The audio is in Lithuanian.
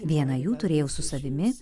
vieną jų turėjau su savimi